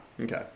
Okay